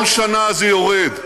כל שנה זה יורד.